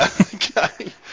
okay